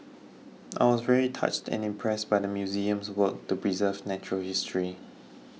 I was very touched and impressed by the museum's work to preserve natural history